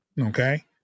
Okay